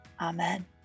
Amen